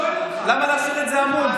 למה להשאיר את זה עמום?